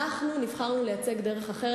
אנחנו נבחרנו לייצג דרך אחרת,